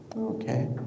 Okay